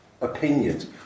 Opinions